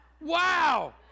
wow